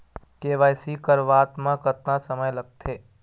KYC करवात म कतका समय लगथे?